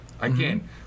Again